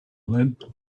lead